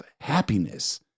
happiness